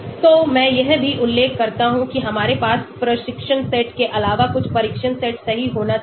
तो मैं यह भी उल्लेख करता हूं कि हमारे पास प्रशिक्षण सेट के अलावा कुछ परीक्षण सेट सही होना चाहिए